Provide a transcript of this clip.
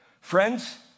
Friends